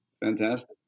Fantastic